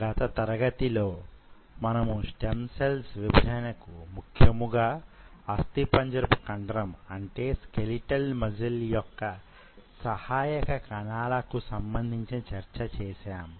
గత తరగతిలో మనము స్టెమ్ కణాల విభజనకు ముఖ్యముగా అస్థిపంజరపు కండరం అంటే స్కెలిటల్ మజిల్ యొక్క సహాయక కణాలకు సంబంధించిన చర్చ చేశాం